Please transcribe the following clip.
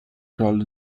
crawled